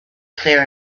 clear